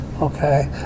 okay